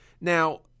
Now